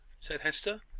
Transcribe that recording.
said hester.